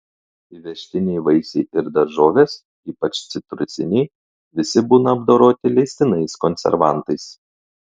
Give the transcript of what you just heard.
įvežtiniai vaisiai ir daržovės ypač citrusiniai visi būna apdoroti leistinais konservantais